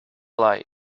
lie